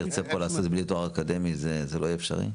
ועכשיו אם נרצה לעשות בלי תואר אקדמי זה לא יהיה אפשרי?